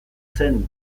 zen